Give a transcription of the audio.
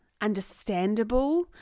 understandable